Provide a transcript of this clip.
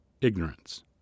ignorance